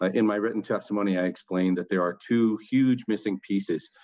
ah in my written testimony, i explained that there are two huge missing pieces,